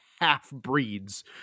half-breeds